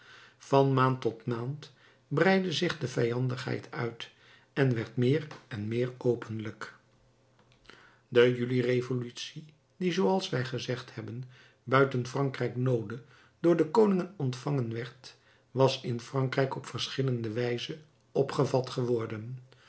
van maand tot maand breidde zich de vijandigheid uit en werd meer en meer openlijk de juli-revolutie die zooals wij gezegd hebben buiten frankrijk noode door de koningen ontvangen werd was in frankrijk op verschillende wijze opgevat geworden